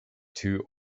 two